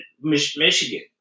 Michigan